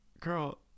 Girl